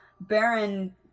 Baron